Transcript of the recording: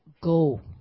go